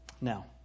Now